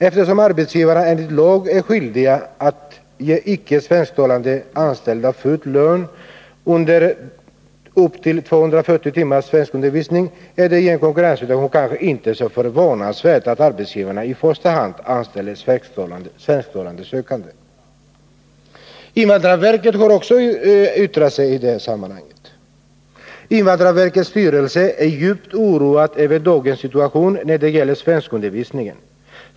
Eftersom arbetsgivarna enligt lag är skyldiga att ge icke svensktalande anställda full lön under upp till 240 timmars svenskundervisning är det i en konkurrenssituation kanske inte så förvånansvärt att arbetsgivarna i första hand anställer svensktalande sökande.” Invandrarverket har också yttrat sig i det här sammanhanget. Man säger: ”Invandrarverkets styrelse är djupt oroad över dagens situation när det gäller svenskundervisningen.